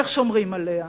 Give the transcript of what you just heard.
איך שומרים עליה.